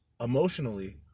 emotionally